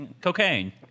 cocaine